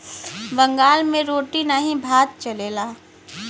बंगाल मे रोटी नाही भात चलेला